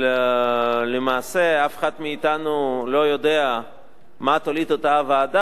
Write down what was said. למעשה אף אחד מאתנו לא יודע מה תוליד אותה ועדה,